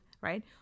right